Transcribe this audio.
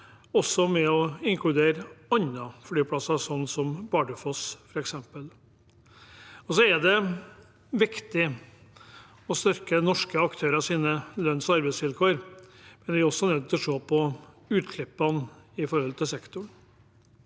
også med å inkludere andre flyplasser, som f.eks. Bardufoss. Det er viktig å styrke norske aktørers lønns- og arbeidsvilkår, men vi er også nødt til å se på utslippene fra sektoren.